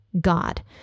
God